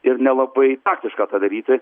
ir nelabai taktiška tą daryti